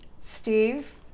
steve